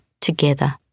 together